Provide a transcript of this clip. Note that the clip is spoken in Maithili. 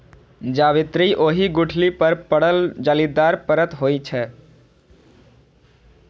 जावित्री ओहि गुठली पर पड़ल जालीदार परत होइ छै